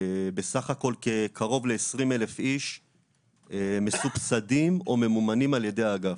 בסך הכול קרוב ל-20,000 איש מסובסדים או ממומנים על ידי האגף,